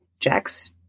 Jack's